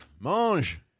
Mange